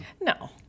No